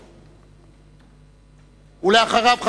ואחריו,